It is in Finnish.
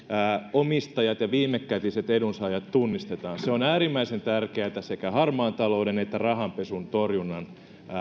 omistajat ja viimekätiset edunsaajat tunnistetaan se on äärimmäisen tärkeätä sekä harmaan talouden että rahanpesun torjunnan